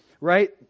right